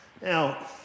Now